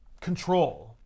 control